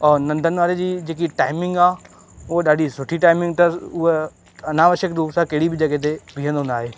ऐं नंदन वारे जी जेकी टाइमिंग आहे हूअ ॾाढी सुठी टाइमिंग अथस हूअ अनावश्यक रूप सां कहिड़ी बि जॻह ते ॿीहंदो न आहे